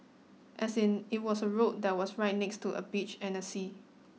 as in it was a road that was right next to a beach and a sea